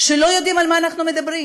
שלא יודעים על מה אנחנו מדברים.